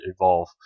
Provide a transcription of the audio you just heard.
evolve